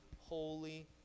holy